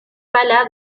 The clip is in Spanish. sala